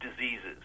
diseases